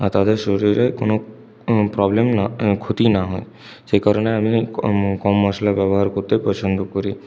আর তাদের শরীরে কোনো প্রবলেম না ক্ষতি না হয় সেই কারণে আমি কম মশলা ব্যবহার করতে পছন্দ করি